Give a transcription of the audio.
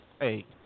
hey